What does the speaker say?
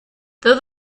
though